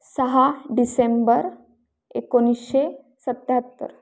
सहा डिसेंबर एकोणीसशे सत्त्याहत्तर